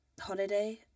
Holiday